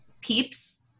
peeps